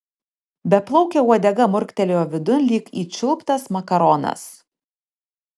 beplaukė uodega murktelėjo vidun lyg įčiulptas makaronas